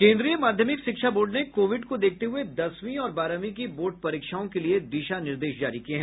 केन्द्रीय माध्यमिक शिक्षा बोर्ड ने कोविड को देखते हुए दसवीं और बारहवीं की बोर्ड परीक्षाओं के लिए दिशा निर्देश जारी किये हैं